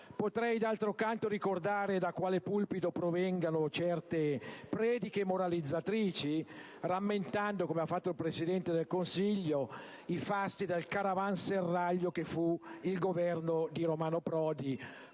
Potrei, d'altro canto, ricordare da quale pulpito provengano certe prediche moralizzatrici rammentando, come ha fatto il Presidente del Consiglio, i fasti del caravanserraglio che fu il Governo di Romano Prodi,